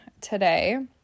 today